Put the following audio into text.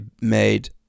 made